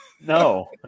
no